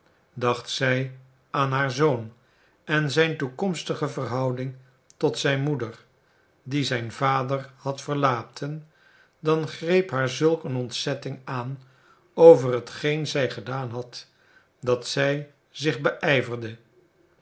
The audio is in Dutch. dacht zij aan haar zoon en zijn toekomstige verhouding tot zijn moeder die zijn vader had verlaten dan greep haar zulk een ontzetting aan over hetgeen zij gedaan had dat zij zich